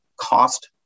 cost